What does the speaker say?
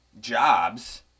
jobs